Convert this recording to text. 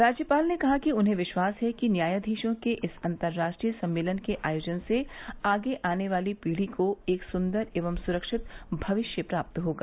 राज्यपाल ने कहा कि उन्हें विश्वास है कि न्यायाधीशों के इस अन्तर्राष्ट्रीय सम्मेलन के आयोजन से आगे आने वाली पीढ़ी को एक सुन्दर एवं सुरक्षित भविष्य प्राप्त होगा